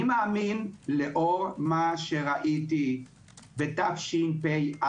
לאור מה שראיתי בתשפ"א,